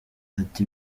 ati